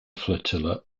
flotilla